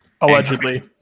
Allegedly